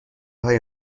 های